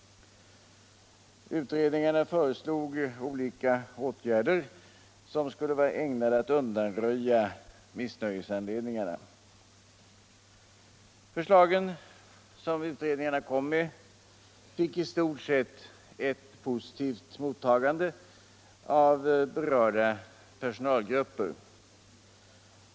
Utredningarna föreslog olika åtgärder, som skulle vara ägnade att undanröja missnöjesanledningarna. Förslagen som utredningarna lade fram fick i stort sett ett positivt mottagande av berörda personalgrupper.